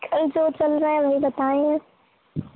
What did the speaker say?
کل جو چل رہا ہے وہی بتائیں گے